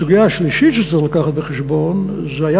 הסוגיה השלישית שצריך להביא בחשבון היא,